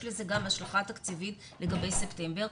לזה גם השלכה תקציבית לגבי ספטמבר.